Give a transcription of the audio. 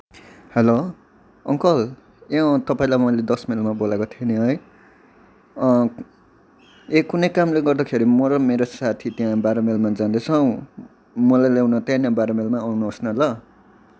hello uncle ए तपाईँलाई मैले दस माइलमा बोलाएको थिएँ नि है ए कुनै कामले गर्दाखेरि म र मेरो साथी त्यहाँ बाह्र माइलमा जाँदैछौँ मलाई ल्याउन त्यहाँ नै बाह्र माइलमै आउनुहोस् न ल